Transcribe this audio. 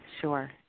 Sure